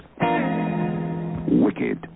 wicked